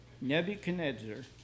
Nebuchadnezzar